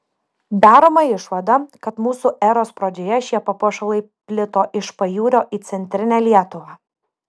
daroma išvada kad mūsų eros pradžioje šie papuošalai plito iš pajūrio į centrinę lietuvą